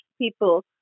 people